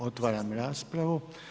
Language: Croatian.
Otvaram raspravu.